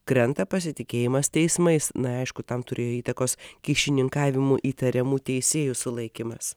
krenta pasitikėjimas teismais na aišku tam turėjo įtakos kyšininkavimu įtariamų teisėjų sulaikymas